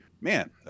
man